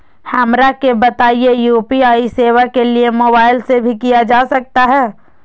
हमरा के बताइए यू.पी.आई सेवा के लिए मोबाइल से भी किया जा सकता है?